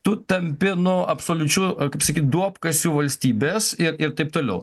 tu tampi nu absoliučiu kaip sakyt duobkasiu valstybės ir ir taip toliau